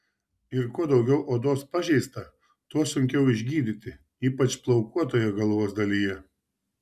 ir kuo daugiau odos pažeista tuo sunkiau išgydyti ypač plaukuotoje galvos dalyje